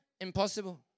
Impossible